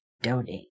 donate